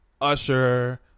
Usher